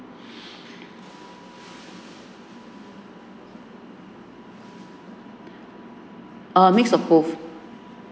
err mix of both